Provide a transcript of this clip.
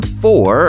four